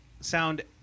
sound